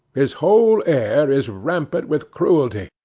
his whole air is rampant with cruelty,